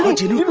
ah genie.